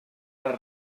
les